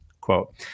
quote